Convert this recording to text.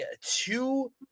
two